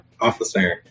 officer